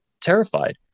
terrified